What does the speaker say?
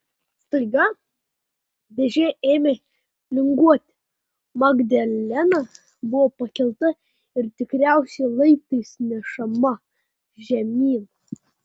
staiga dėžė ėmė linguoti magdalena buvo pakelta ir tikriausiai laiptais nešama žemyn